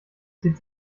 zieht